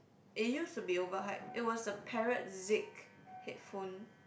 it used to be overhyped it was the headphone